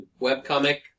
webcomic